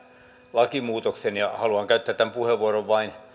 lakimuutoksen ja haluan käyttää tämän puheenvuoron vain